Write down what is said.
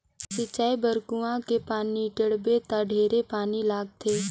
सिंचई बर कुआँ के पानी टेंड़बे त ढेरे पानी लगथे